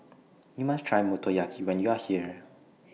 YOU must Try Motoyaki when YOU Are here